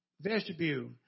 vestibule